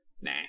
nah